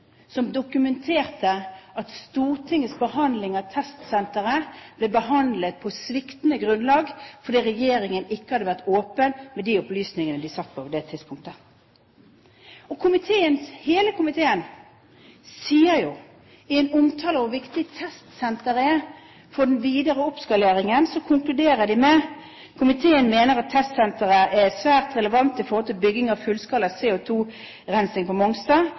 som dokumenterte at Stortingets behandling av testsenteret ble foretatt på sviktende grunnlag, fordi regjeringen ikke hadde vært åpen med de opplysningene de satt på på det tidspunktet. Hele komiteen konkluderer jo i en omtale av hvor viktig testsenteret er for den videre oppskaleringen: Komiteen mener at testsenteret er svært relevant i forhold til bygging av fullskala CO2-rensing på Mongstad